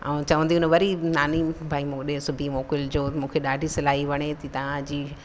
ऐं चवंदियूं आहिनि वरी नानी भई मूं ॾे सिबी मोकिलिजो मूंखे ॾाढी सिलाई वणे थी तव्हां जी